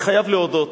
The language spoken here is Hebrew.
אני חייב להודות: